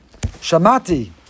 Shamati